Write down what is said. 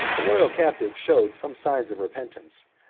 the royal captive showed some signs of repentance,